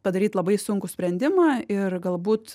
padaryt labai sunkų sprendimą ir galbūt